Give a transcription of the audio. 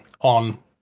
on